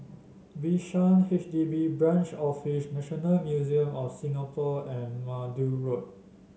Bishan H D B Branch Office National Museum of Singapore and Maude Road